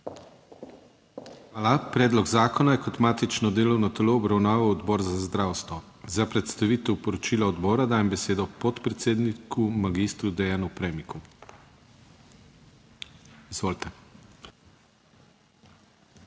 Hvala. Predlog zakona je kot matično delovno telo obravnaval Odbor za zdravstvo. Za predstavitev poročila odbora dajem besedo podpredsedniku magistru Deanu Premiku. **MAG.